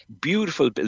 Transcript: beautiful